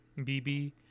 bb